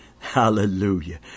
Hallelujah